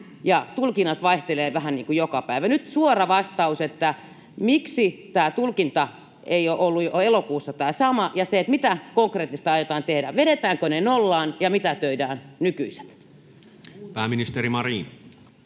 tulkinnat vaihtelevat vähän niin kuin joka päivä. Nyt suora vastaus: Miksi tämä tulkinta ei ole ollut elokuussa tämä sama, ja mitä konkreettista aiotaan tehdä? Vedetäänkö ne nollaan ja mitätöidään nykyiset? [Speech 370]